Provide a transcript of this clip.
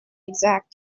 exact